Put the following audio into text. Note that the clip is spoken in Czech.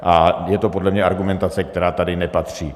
A je to podle mě argumentace, která sem nepatří.